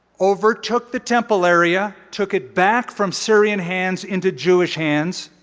overtook the temple area. took it back from syrian hands into jewish hands.